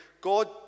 God